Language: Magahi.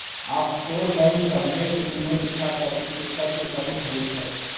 आफशोर बैंक सभमें विनियमन तथा पारदर्शिता के कमी होइ छइ